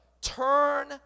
Turn